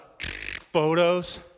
photos